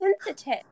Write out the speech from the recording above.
sensitive